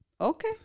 okay